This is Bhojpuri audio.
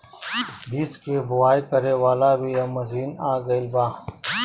बीज के बोआई करे वाला भी अब मशीन आ गईल बा